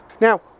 Now